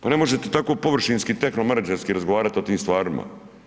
Pa ne možete tako površinski tehno menadžerski razgovarati o tim stvarima.